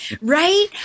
right